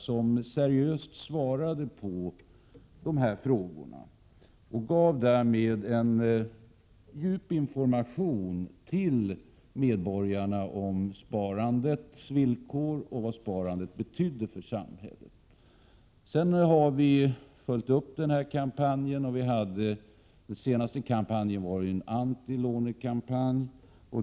De gav seriösa svar på de frågor som hade ställts. Därmed fick medborgarna en bra information om sparandets villkor och om vad sparandet betydde för samhället. Denna kampanj följdes därefter av vår senaste kampanj, en antilånekampanj.